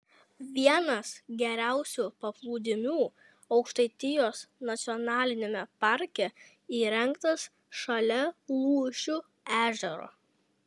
vienas geriausių paplūdimių aukštaitijos nacionaliniame parke įrengtas šalia lūšių ežero